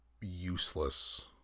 useless